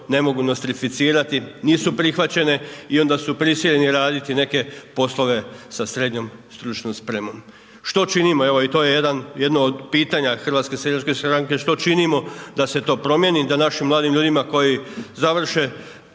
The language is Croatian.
ne mogu nostrificirati, nisu prihvaćene i onda su prisiljeni raditi neke poslove sa srednjom stručnom spremom. Što činimo, evo i to je jedno od pitanja HSS-a, što činimo da to promijenimo, da našim mladim ljudima koji završe